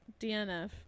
DNF